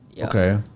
Okay